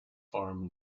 farm